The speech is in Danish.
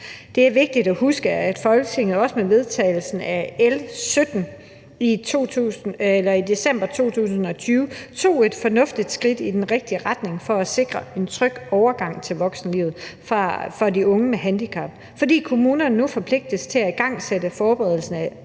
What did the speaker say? Det er vigtigt at huske, at Folketinget også med vedtagelsen af L 17 i december 2020 tog et fornuftigt skridt i den rigtige retning for at sikre en tryg overgang til voksenlivet for de unge med handicap, hvor kommunerne nu forpligtes til at igangsætte forberedelsen af